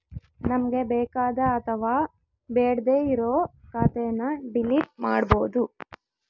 ನಮ್ಗೆ ಬೇಕಾದ ಅಥವಾ ಬೇಡ್ಡೆ ಇರೋ ಖಾತೆನ ಡಿಲೀಟ್ ಮಾಡ್ಬೋದು